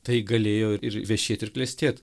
tai galėjo ir ir vešėt ir klestėt